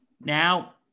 Now